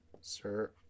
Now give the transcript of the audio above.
Sir